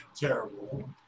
Terrible